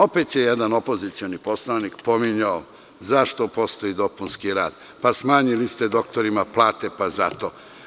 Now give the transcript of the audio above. Opet je jedan opozicioni poslanik pominjao zašto postoji dopunski rad, pa smanjili ste doktorima plate, pa zato.